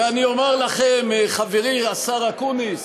ואני אומר לכם, חברי השר אקוניס,